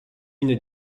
une